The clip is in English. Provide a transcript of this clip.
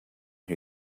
who